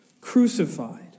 crucified